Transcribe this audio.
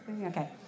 Okay